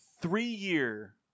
three-year